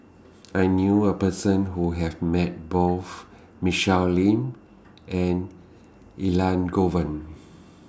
I knew A Person Who Have Met Both Michelle Lim and Elangovan